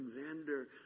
Alexander